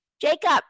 jacob